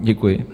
Děkuji.